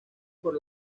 por